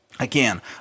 Again